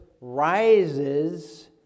rises